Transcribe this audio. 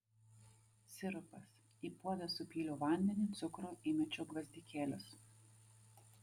sirupas į puodą supyliau vandenį cukrų įmečiau gvazdikėlius